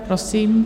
Prosím.